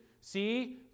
see